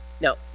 Now